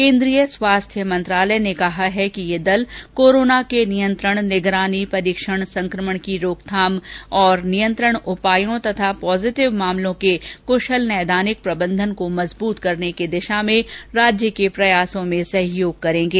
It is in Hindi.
केंद्रीय स्वास्थ्य मंत्रालय ने कहा है कि ये दल कोरोना के नियंत्रण निगरानी परीक्षण संक्रमण की रोकथाम और नियंत्रण उपायों तथा पॉजिटिव मामलों के कृशल नैदानिक प्रबंधन को मजबूत करने की दिशा में राज्य के प्रयासों में सहयोग करेंगे